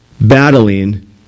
battling